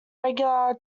regular